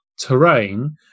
terrain